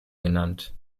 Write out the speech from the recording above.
genannt